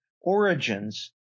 Origins